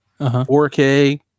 4k